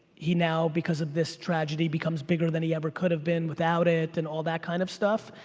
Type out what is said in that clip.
he now because of this tragedy becomes bigger than he ever could've been without it and all that kind of stuff.